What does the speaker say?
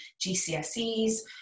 gcse's